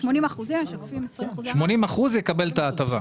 80 אחוזים יקבלו את ההטבה.